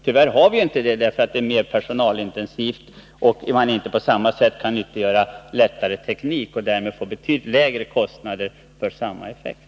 Tyvärr har man inte det, eftersom de andra försvarsgrenarna är mer personalintensiva och eftersom man inte på samma sätt kan nyttiggöra nyare teknik och därmed få betydligt lägre kostnader för samma effekt.